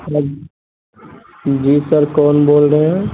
hello جی sir کون بول رہے ہیں